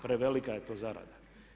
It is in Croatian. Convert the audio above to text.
Prevelika je to zarada.